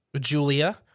Julia